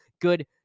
good